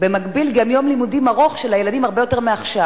ובמקביל גם יום לימודים של הילדים ארוך הרבה יותר מעכשיו,